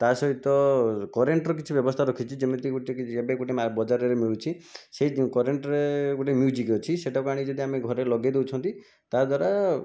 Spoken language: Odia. ତା'ସହିତ କରେଣ୍ଟର କିଛି ବ୍ୟବସ୍ଥା ରଖିଛି ଯେମିତି ଗୋଟିଏ କି ଏବେ ଗୋଟିଏ ବଜାରରେ ମିଳୁଛି ସେହି କରେଣ୍ଟରେ ଗୋଟଏ ମ୍ୟୁଜିକ୍ ଅଛି ସେଇଟାକୁ ଆଣିକି ଯଦି ଆମେ ଘରେ ଲଗେଇ ଦେଉଛନ୍ତି ତା'ଦ୍ୱାରା